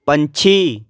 ਪੰਛੀ